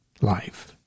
life